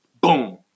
boom